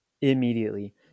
immediately